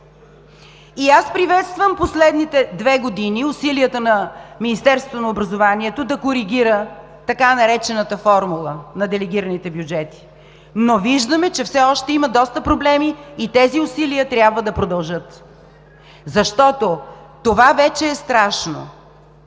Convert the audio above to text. и аз приветствам последните две години усилията на Министерството на образованието да коригира така наречената формула на делегираните бюджети, но виждаме, че все още има доста проблеми и тези усилия трябва да продължат, защото това вече е страшно,